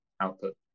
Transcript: output